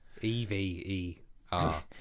E-V-E-R